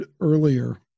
earlier